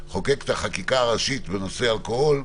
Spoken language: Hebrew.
חוקק את החקיקה הראשית בנושא אלכוהול,